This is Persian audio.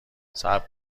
صبر